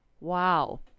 Wow